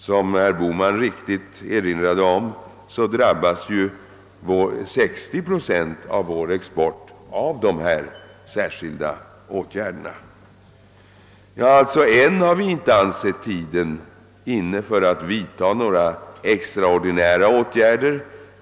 Som herr Bohman riktigt erinrade om drabbas däremot 60 procent av vår export av de engelska åtgärderna. Än har vi alltså inte ansett tiden vara inne för att vidta några extraordinära åtgärder.